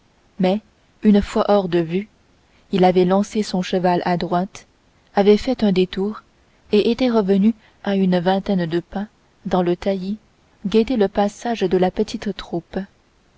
mais une fois hors de vue il avait lancé son cheval à droite avait fait un détour et était revenu à une vingtaine de pas dans le taillis guetter le passage de la petite troupe